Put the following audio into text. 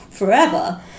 forever